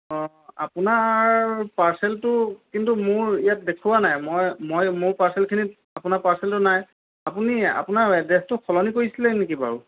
অঁ আপোনাৰ পাৰ্চেলটো কিন্তু মোৰ ইয়াত দেখুওৱা নাই মই মই মোৰ পাৰ্চেলখিনিত আপোনাৰ পাৰ্চেলটো নাই আপুনি আপোনাৰ এড্ৰেচটো সলনি কৰিছিলে নেকি বাৰু